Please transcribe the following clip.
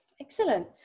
Excellent